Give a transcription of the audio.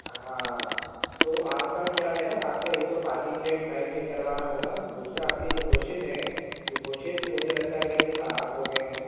ہاں تو آپ کا کیا ہے نا آپ کا ایک تو پاركنگ لائٹ لائٹ چیک کروانا ہوگا دوسرا آپ کے جو بشیز ہیں وہ بشیز مجھے لگتا ہے کہ خراب ہو گئے ہیں